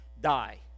die